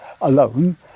alone